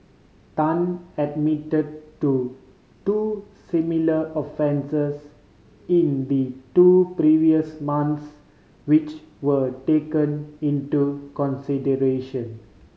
Tan admit to two similar offences in the two previous months which were taken into consideration